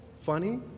funny